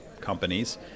companies